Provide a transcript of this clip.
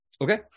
Okay